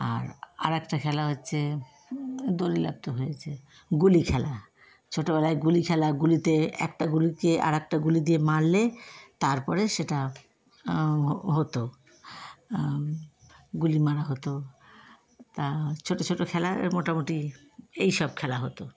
আর আর একটা খেলা হচ্ছে দড়ি লাফ তো হয়েছে গুলি খেলা ছোটোবেলায় গুলি খেলা গুলিতে একটা গুলিকে আর একটা গুলি দিয়ে মারলে তারপরে সেটা হতো গুলি মারা হতো তা ছোটো ছোটো খেলা এর মোটামোটি এই সব খেলা হতো